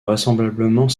vraisemblablement